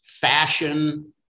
fashion